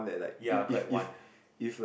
ya correct one